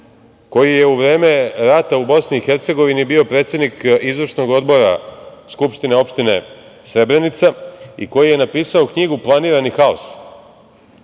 koji je u vreme rata u BiH bio predsednik IO Skupštine opštine Srebrenica i koji je napisao knjigu "Planirani haos".